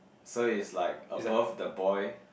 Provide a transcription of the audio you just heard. so is like above the boy